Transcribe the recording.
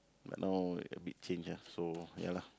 but now a bit change ah so ya lah